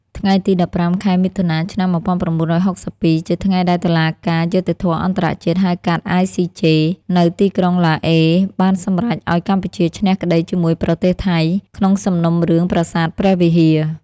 ថ្ងៃទី១៥ ខែមិថុនា ឆ្នាំ១៩៦២ ជាថ្ងៃដែលតុលាការយុត្តិធម៌អន្តរជាតិ (ហៅកាត់ ICJ) នៅទីក្រុងឡាអេ បានសម្រេចឱ្យកម្ពុជាឈ្នះក្តីជាមួយប្រទេសថៃ ក្នុងសំណុំរឿងប្រាសាទព្រះវិហារ។